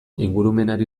ingurumenari